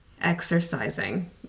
Exercising